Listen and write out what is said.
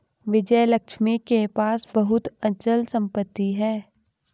विजयलक्ष्मी के पास बहुत अचल संपत्ति है